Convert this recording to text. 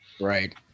Right